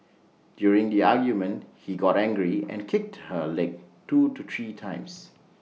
during the argument he got angry and kicked her legs two to three times